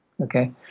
okay